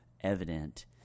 evident